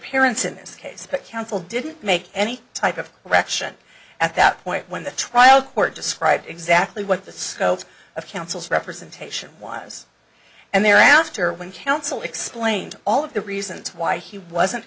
parents in this case but counsel didn't make any type of rection at that point when the trial court described exactly what the scope of counsel's representation wives and they're after when counsel explained all of the reasons why he wasn't